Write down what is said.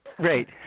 great